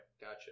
gotcha